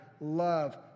love